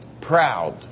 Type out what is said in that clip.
Proud